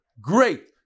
Great